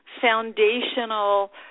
foundational